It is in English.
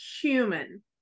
human